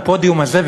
לפודיום הזה,